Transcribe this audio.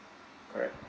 correct